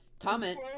Comment